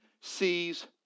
sees